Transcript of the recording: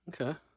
Okay